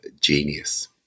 genius